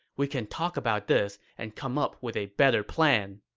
we can talk about this and come up with a better plan.